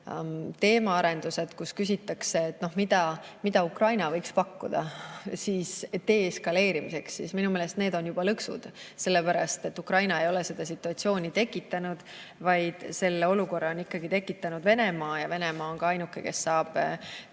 teemaarendused, kus küsitakse, mida Ukraina võiks pakkuda deeskaleerimiseks – minu meelest need on juba lõksud. Ukraina ei ole seda situatsiooni tekitanud, selle olukorra on tekitanud Venemaa ja Venemaa on ka ainuke, kes saab